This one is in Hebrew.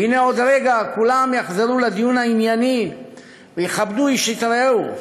והנה עוד רגע כולם יחזרו לדיון הענייני ויכבדו איש את רעהו.